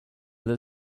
del